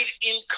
income